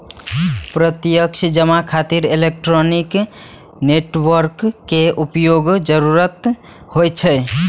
प्रत्यक्ष जमा खातिर इलेक्ट्रॉनिक नेटवर्क के उपयोगक जरूरत होइ छै